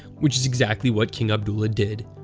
which is exactly what king abdullah did.